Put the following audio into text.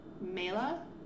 Mela